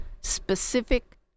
specific